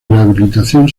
rehabilitación